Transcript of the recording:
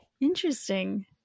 interesting